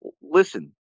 listen